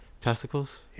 Testicles